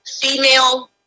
female